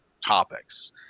topics